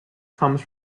comes